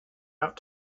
out